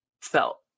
felt